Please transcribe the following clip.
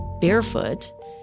barefoot